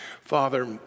Father